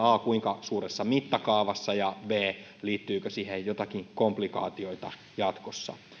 a kuinka suuressa mittakaavassa kirjeäänestys tulee toteutumaan ja b liittyykö siihen joitakin komplikaatioita jatkossa